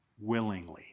willingly